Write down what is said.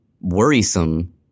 worrisome